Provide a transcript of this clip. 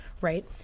right